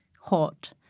hot